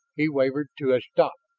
he wavered to a stop.